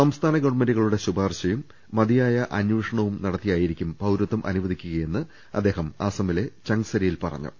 സംസ്ഥാന ഗവൺമെന്റുകളുടെ ശുപാർശയും മതിയായ അന്വേ ഷണവും നടത്തിയായിരിക്കും പൌരത്വം അനുവദിക്കുകയെന്ന് അദ്ദേഹം അസമിലെ ചങ്സരിയിൽ പറഞ്ഞു